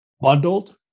bundled